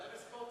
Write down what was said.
תהיה ראש